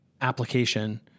application